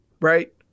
right